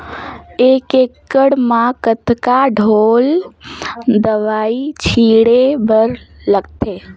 एक एकड़ म कतका ढोल दवई छीचे बर लगथे?